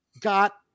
got